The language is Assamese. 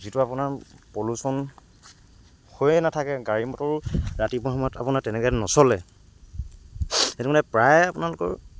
যিটো আপোনাৰ পলুচন হৈয়ে নাথাকে গাড়ী মটৰ ৰাতিপুৱা সময়ত আপোনাৰ তেনেকৈ নচলে সেইটো মানে প্ৰায় আপোনালোকৰ